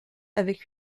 avec